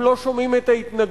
הם לא שומעים את ההתנגדות.